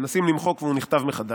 מנסים למחוק והוא נכתב מחדש.